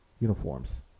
uniforms